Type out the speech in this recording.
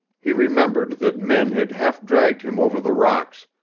he remembered that men had half-dragged him over the rocks,